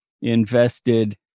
invested